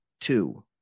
two